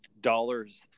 dollars